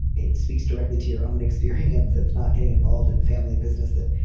it speaks directly to your own experience. it's not getting involved in family business that,